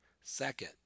second